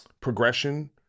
progression